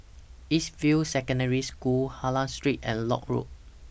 East View Secondary School Hylam Street and Lock Road